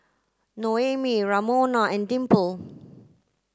Noemi Ramona and Dimple